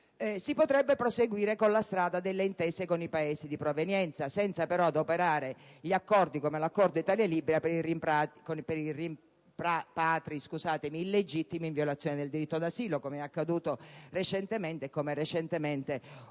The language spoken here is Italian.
Si potrebbe proseguire sulla strada delle intese con i Paesi di provenienza, senza però avvalersi di accordi come quello tra Italia e Libia per i rimpatri illegittimi in violazione del diritto d'asilo, com'è accaduto recentemente e come recentemente ho